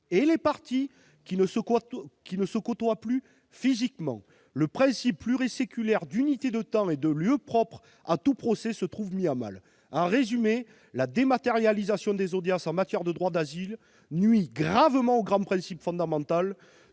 et les parties, qui ne se côtoient plus physiquement. Le principe pluriséculaire d'unité de temps et de lieu propre à tout procès se trouve dès lors mis à mal. En résumé, la dématérialisation des audiences en matière de droit d'asile nuit gravement au principe fondamental